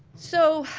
so,